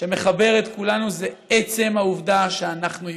שמחבר את כולנו: עצם העובדה שאנחנו יהודים.